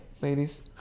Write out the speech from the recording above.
ladies